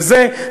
וזה,